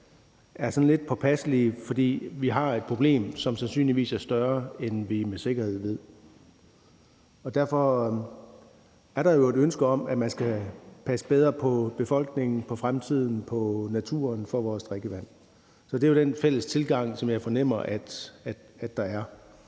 er sådan lidt påpasselige, fordi vi har et problem, som sandsynligvis er større, end vi med sikkerhed ved, og derfor er der jo et ønske om, at man i fremtiden skal passe bedre på befolkningen, på naturen og på vores drikkevand. Så det er jo den fælles tilgang, som jeg fornemmer at der er,